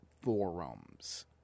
forums